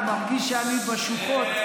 אני מרגיש שאני בשוחות.